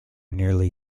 nearly